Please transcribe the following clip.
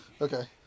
Okay